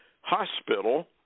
hospital